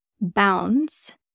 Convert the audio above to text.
bounds